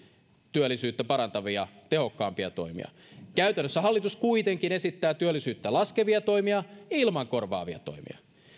työllisyyttä parantavia tehokkaampia toimia käytännössä hallitus kuitenkin esittää työllisyyttä laskevia toimia ilman korvaavia toimia